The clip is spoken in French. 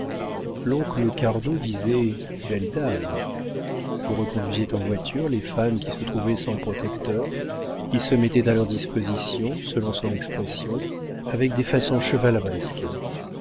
l'oncle cardot disait belle dame il reconduisait en voiture les femmes qui se trouvaient sans protecteur il se mettait à leur disposition selon son expression avec des façons chevaleresques